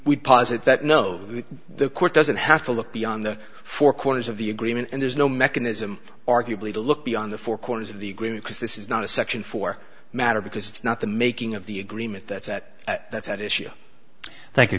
would posit that no the court doesn't have to look beyond the four corners of the agreement and there's no mechanism arguably to look beyond the four corners of the agreement because this is not a section four matter because it's not the making of the agreement that's at that's at issue